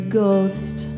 ghost